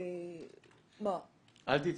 אל תתייחסי.